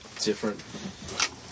different